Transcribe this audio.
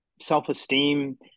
self-esteem